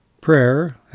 Prayer